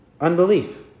Unbelief